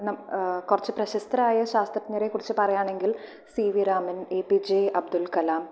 ന കുറച്ച് പ്രസ്തരായ ശാത്രജ്ഞരെ കുറിച്ച് പറയാണെങ്കിൽ C V Raman A P J Abdul Kalam